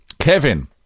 Kevin